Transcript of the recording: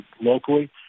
locally